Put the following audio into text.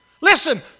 Listen